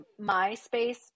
MySpace